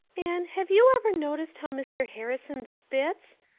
anne, have you ever noticed how mr. harrison spits?